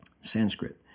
Sanskrit